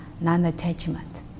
non-attachment